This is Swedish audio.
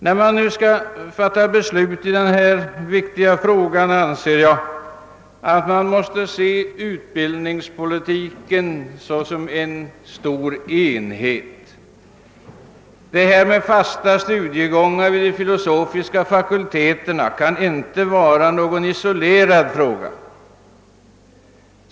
När man nu skall fatta beslut i denna viktiga fråga anser jag att man måste se utbildningspolitiken såsom en stor enhet. Detta med fasta studiegångar vid de filosofiska fakulteterna kan inte vara någon isolerad fråga.